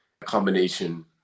combination